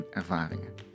ervaringen